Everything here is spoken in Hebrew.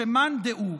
שמאן דהו,